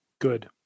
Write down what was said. Good